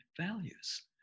values